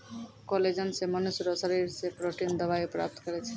collagen से मनुष्य रो शरीर से प्रोटिन दवाई प्राप्त करै छै